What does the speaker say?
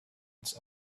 its